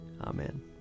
Amen